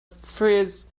freeze